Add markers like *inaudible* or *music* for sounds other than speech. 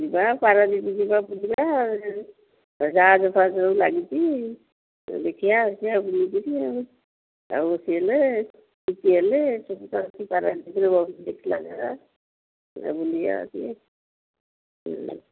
ଯିବା ପାରାଦ୍ୱୀପ ଯିବା ବୁଲିବା ଯାହାଜଫାହାଜ ଲାଗିଛି ଦେଖିବା ଆସିବା ବୁଲିକିରି ଆଉ *unintelligible* ବହୁତ ଅଛି ପାରାଦ୍ୱୀପରେ ଦେଖିଲା ଯାଗା ବୁଲିବା